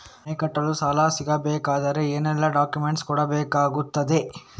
ಮನೆ ಕಟ್ಟಲು ಸಾಲ ಸಿಗಬೇಕಾದರೆ ಏನೆಲ್ಲಾ ಡಾಕ್ಯುಮೆಂಟ್ಸ್ ಕೊಡಬೇಕಾಗುತ್ತದೆ?